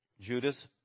Judas